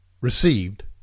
received